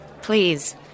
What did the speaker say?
Please